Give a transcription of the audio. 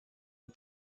une